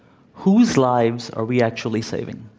whose lives are we actually saving?